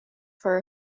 for